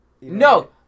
No